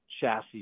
chassis